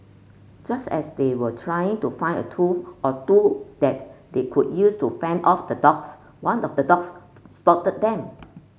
just as they were trying to find a tool or two that they could use to fend off the dogs one of the dogs spotted them